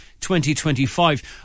2025